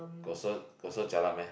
got so got so jialat meh